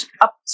up